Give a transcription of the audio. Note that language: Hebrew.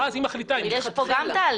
ואז היא מחליטה --- יש פה גם תהליך.